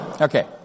Okay